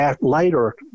Later